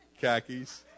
Khakis